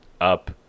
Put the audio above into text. up